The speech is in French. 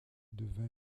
devint